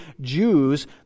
Jews